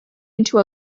into